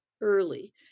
early